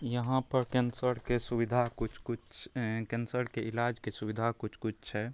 यहाँपर कैन्सरके सुविधा किछु किछु छै कैन्सरके इलाजके सुविधा किछु किछु छै